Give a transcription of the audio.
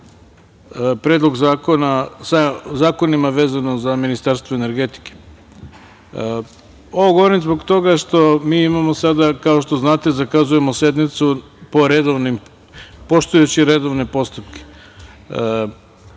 za zakonima vezanim za Ministarstvo energetike. Ovo govorim zbog toga što, kao što znate, zakazujemo sednicu poštujući redovne postupke. Sve